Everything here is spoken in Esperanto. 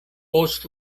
post